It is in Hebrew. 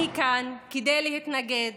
אני כאן כדי להתנגד